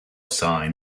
sign